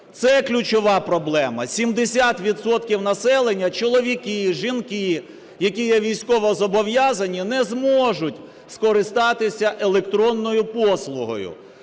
це ключова проблема. 70 відсотків населення чоловіки, жінки, які є військовозобов'язані не зможуть скористатися електронною послугою.